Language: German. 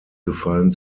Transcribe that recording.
gefallen